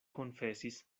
konfesis